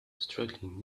struggling